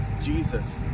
Jesus